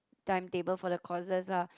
timetable for the courses lah